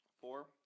Four